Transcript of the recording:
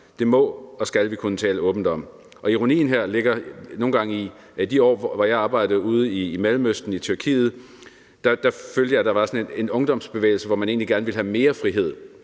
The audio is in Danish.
Det må og skal vi kunne tale åbent om. Ironien her ligger nogle gange i, at i de år, hvor jeg arbejdede ude i Mellemøsten i Tyrkiet, følte jeg, der var sådan en ungdomsbevægelse, hvor man egentlig gerne ville have mere frihed,